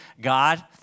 God